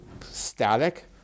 static